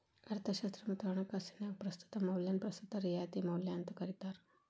ಅರ್ಥಶಾಸ್ತ್ರ ಮತ್ತ ಹಣಕಾಸಿನ್ಯಾಗ ಪ್ರಸ್ತುತ ಮೌಲ್ಯನ ಪ್ರಸ್ತುತ ರಿಯಾಯಿತಿ ಮೌಲ್ಯ ಅಂತೂ ಕರಿತಾರ